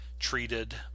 treated